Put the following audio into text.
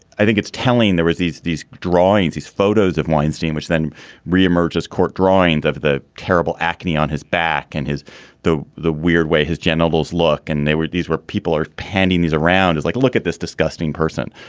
i think it's telling that was these these drawings, these photos of weinstein, which then reemerged as court drawings of the terrible acne on his back and his though the weird way his genitals look. and they were these were people are pending these around is like, look at this disgusting person.